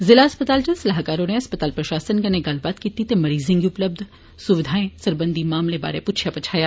जिला अस्पताल इच सलाहकार होरें अस्पताल प्रशासन कन्नै गल्लबात कीती ते मरीजें गी उपलब्य सुविधाएं सरबंधी मामलें बारै पुच्छेया पच्छाया